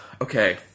okay